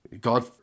God